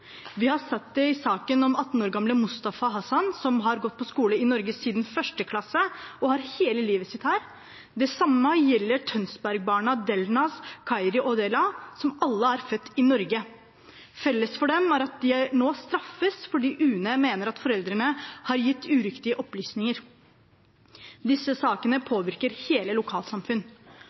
Vi har sett det i saken om 18 år gamle Mustafa Hasan, som har gått på skole i Norge siden 1. klasse og har hele livet sitt her. Det samme gjelder Tønsberg-barna Delnaz, Khairi og Della, som alle er født i Norge. Felles for dem er at de nå straffes fordi UNE mener at foreldrene har gitt uriktige opplysninger. Disse sakene påvirker hele lokalsamfunn.